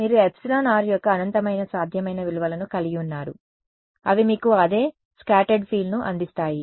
మీరు εr యొక్క అనంతమైన సాధ్యమైన విలువలను కలిగి ఉన్నారు అవి మీకు అదే స్కాటర్డ్ ఫీల్డ్ను అందిస్తాయి